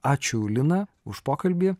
ačiū lina už pokalbį